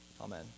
Amen